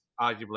arguably